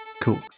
Cool